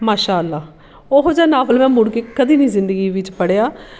ਮਾਸ਼ਾ ਅੱਲ੍ਹਾ ਉਹੋ ਜਿਹਾ ਨਾਵਲ ਮੈਂ ਮੁੜ ਕੇ ਕਦੀ ਨਹੀਂ ਜ਼ਿੰਦਗੀ ਵਿੱਚ ਪੜ੍ਹਿਆ